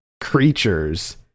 creatures